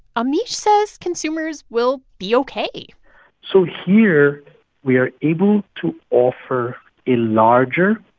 amish says consumers will be ok so here we are able to offer a larger,